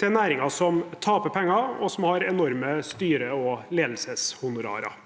til næringer som taper penger og har enorme styre- og ledelseshonorarer.